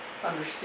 Understand